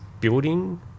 building